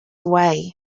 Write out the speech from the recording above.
away